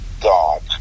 god